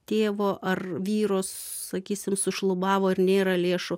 tėvo ar vyro sakysim sušlubavo ir nėra lėšų